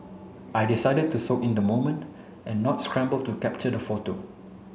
I decided to soak in the moment and not scramble to capture the photo